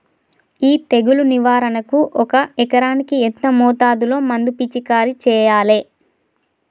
ఈ తెగులు నివారణకు ఒక ఎకరానికి ఎంత మోతాదులో మందు పిచికారీ చెయ్యాలే?